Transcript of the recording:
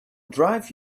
drive